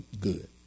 good